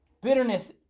Bitterness